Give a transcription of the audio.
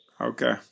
Okay